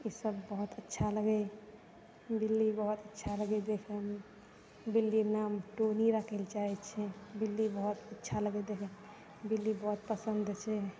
ई सभ बहुत अच्छा लगै बिल्ली बहुत अच्छा लगै देखैमे बिल्लीके नाम टोनी राखै के चाहे छियै बिल्ली बहुत अच्छा लगैए देखैमे बिल्ली बहुत पसन्द छै